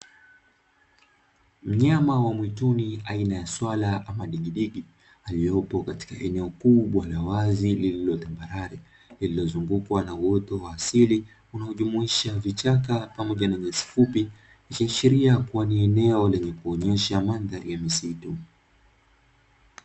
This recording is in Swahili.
Mnyama wa mwituni aina ya swala ama digidigi aliyepo katika eneo kubwa la wazi lililotambarare, lililozungukwa na uoto wa asili unaojumuisha vichaka pamoja na nyasi fupi, ikiashiria kuwa ni eneo lenye kuonyesha mandhari ya misitu.